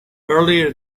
earlier